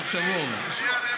תוך שבוע, הוא אומר.